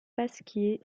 pasquier